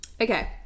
okay